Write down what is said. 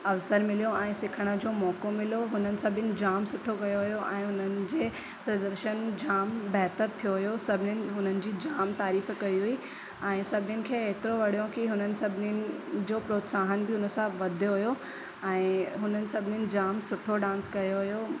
अवसर मिलियो ऐं सिखण जो मौक़ो मिलियो हुननि सभिनि जामु सुठो कयो हुयो ऐं हुननि जी प्रदर्शन जामु बहतर थियो हुयो सभिनिनि हुननि जी जामु तारीफ़ु कई हुई ऐं सभिनि खे एतिरो वणियो की हुननि सभिनिनि जो प्रोत्साहन बि उनसां वधियो हुयो ऐं हुननि सभिनिनि जामु सुठो डांस कयो हुयो